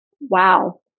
wow